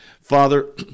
Father